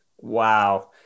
Wow